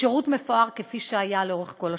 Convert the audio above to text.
ושירות מפואר כפי שהיה לאורך כל השנים.